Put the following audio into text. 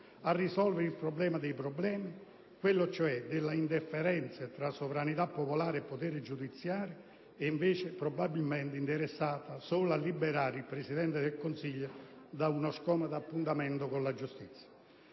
a risolvere il «problema dei problemi», quello cioè delle interferenze tra sovranità popolare e potere giudiziario, e invece interessato probabilmente solo a liberare il Presidente del Consiglio da uno scomodo appuntamento con la giustizia.